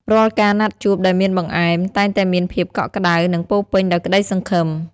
រាល់ការណាត់ជួបដែលមានបង្អែម តែងតែមានភាពកក់ក្ដៅ និងពោរពេញដោយក្តីសង្ឃឹម។